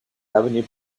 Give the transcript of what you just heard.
avenue